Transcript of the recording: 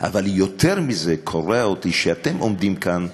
אבל יותר מזה, קורע אותי שאתם עומדים כאן,